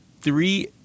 three